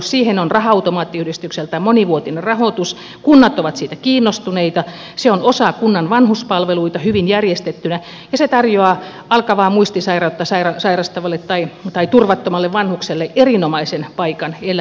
siihen on raha automaattiyhdistykseltä monivuotinen rahoitus kunnat ovat siitä kiinnostuneita se on osa kunnan vanhuspalveluita hyvin järjestettynä ja se tarjoaa alkavaa muistisairautta sairastavalle tai turvattomalle vanhukselle erinomaisen paikan elää ja asua